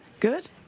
Good